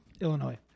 Illinois